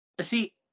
See